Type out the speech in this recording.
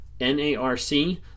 N-A-R-C